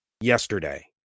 yesterday